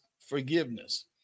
forgiveness